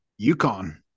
UConn